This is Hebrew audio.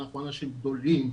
אנחנו אנשים גדולים,